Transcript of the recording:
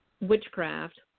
witchcraft